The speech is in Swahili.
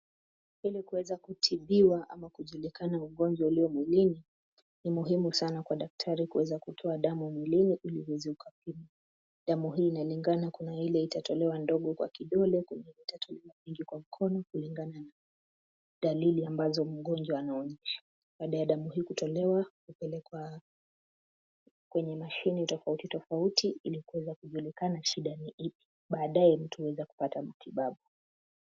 Ili kuweza kutibiwa ama kujulikana ugonjwa ulio mwilini ni muhimu sana kwa daktari kuweza kutoa damu mwilini ili uweze ukapimwa. Damu hii inalingana kuna ile itatolewa ndogo kwa kidole, kuna ile itatolewa mingi kwa mkono kulingana na dalili ambazo mgonjwa anaonyesha. Baada ya damu hii kutolewa hupelekwa kwenye mashine tofauti tofauti ili kuweza kujulikana ni ipi. Badae mtu huweza kupata matibabu.